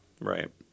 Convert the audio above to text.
Right